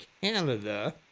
Canada